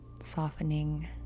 Softening